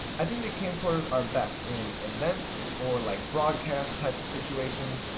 i think the camcorders are best in event or like broadcast type situations.